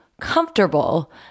comfortable